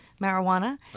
marijuana